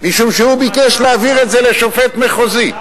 משום שהוא ביקש להעביר את זה לשופט מחוזי,